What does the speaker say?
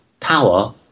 power